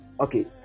okay